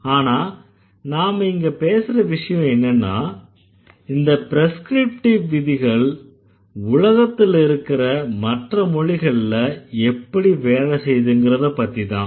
ஆனா நாம இங்க பேசற விஷயம் என்னன்னா இந்த ப்ரெஸ்க்ரிப்டிவ் விதிகள் உலகத்துல இருக்கற மற்ற மொழிகள்ல எப்படி வேலை செய்யுதுங்கறங்கறதப்பத்திதான்